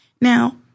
Now